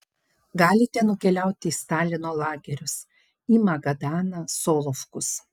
galite nukeliauti į stalino lagerius į magadaną solovkus